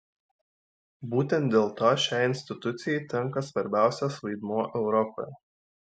būtent dėl to šiai institucijai tenka svarbiausias vaidmuo europoje